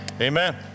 amen